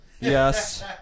Yes